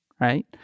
Right